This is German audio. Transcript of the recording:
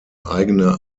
eigene